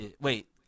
wait